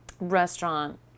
restaurant